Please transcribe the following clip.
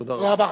תודה רבה.